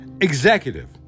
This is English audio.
Executive